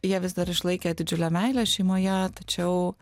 jie vis dar išlaikė didžiulę meilę šeimoje tačiau